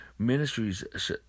Ministries